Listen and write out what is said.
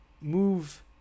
move